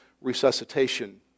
Resuscitation